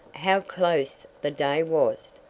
how close the day was,